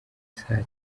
saa